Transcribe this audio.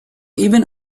even